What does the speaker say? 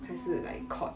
oh